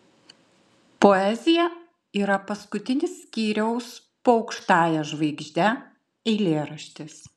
poezija yra paskutinis skyriaus po aukštąja žvaigžde eilėraštis